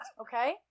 Okay